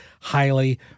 highly